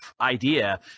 idea